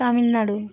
Tamil Nadu